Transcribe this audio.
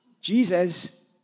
Jesus